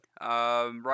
right